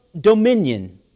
dominion